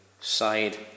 side